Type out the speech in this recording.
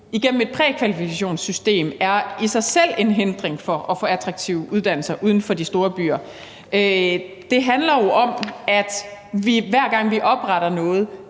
igennem et prækvalifikationssystem i sig selv er en hindring for at få attraktive uddannelser uden for de store byer. Det handler jo om, at vi, hver gang vi opretter noget,